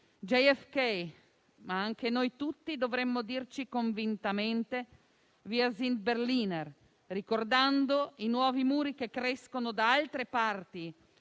e come anche noi tutti dovremmo dirci convintamente - «*Wir sind Berliner*», ricordando i nuovi muri che crescono da altre parti,